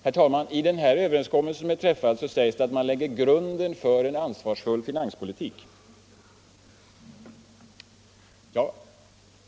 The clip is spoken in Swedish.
Herr talman! I den överenskommelse som har träffats sägs det att man lägger grunden för en ansvarsfull finanspolitik.